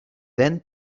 ten